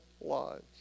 lives